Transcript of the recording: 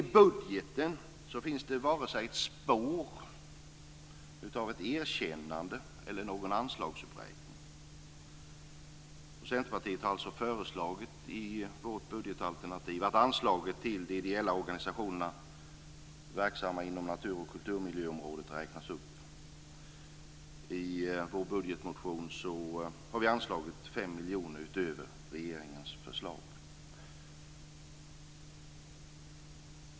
I budgeten finns det inga spår av vare sig ett erkännande eller en anslagsuppräkning. Centerpartiet har alltså i sitt budgetalternativ föreslagit att anslaget till ideella organisationer verksamma inom natur och kulturmiljöområdet räknas upp. I vår budgetmotion har vi anslagit 5 miljoner utöver regeringens förslag.